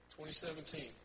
2017